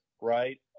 right